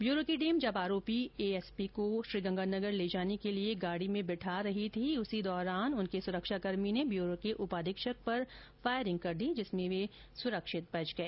bureau की team जब आरोपी एसएसपी को श्रीगंगानगर ले जाने के लिए गाड़ी में बिठा रही थी इसी दौरान उनके सुरक्षा कर्मी ने ब्यूरो के उपाधीक्षक पर फायरिंग कर दी जिसमें वे सुरक्षित बच गए